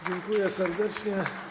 Dziękuję serdecznie.